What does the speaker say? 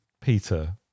Peter